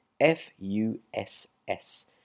F-U-S-S